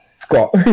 Scott